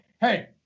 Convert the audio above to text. hey